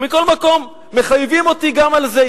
ומכל מקום, מחייבים אותי גם על זה.